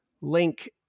Link